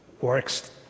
works